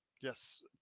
Yes